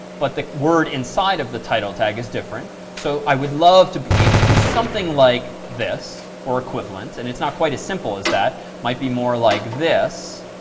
but the word inside of the title tag is different. so, i would love to be able to do something like this or equivalent, and it's not quite as simple as that. it might be more like this.